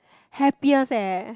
happiest eh